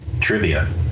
trivia